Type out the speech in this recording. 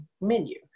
menu